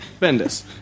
Bendis